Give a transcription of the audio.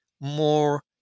more